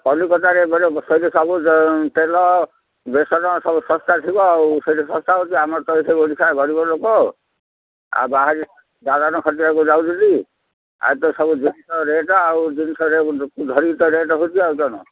କଲିକତାରେ ଏପ ସେଇଠ ସବୁ ତେଲ ବେସନ ସବୁ ଶସ୍ତା ଥିବ ଆଉ ସେଇଠି ଶସ୍ତା ହେଉଛି ଆମର ତ ଏ ଓଡ଼ିଶା ଗରିବ ଲୋକ ଆଉ ବାହାରେ ଦାଦନ ଖଟିବାକୁ ଯାଉଛନ୍ତି ଆଉ ତ ସବୁ ଜିନିଷ ରେଟ୍ ଆଉ ଜିନିଷ ରେଟ୍ ଧରିକି ତ ରେଟ୍ ହେଉଛି ଆଉ କ'ଣ